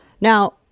Now